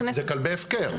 זה כלבי הפקר,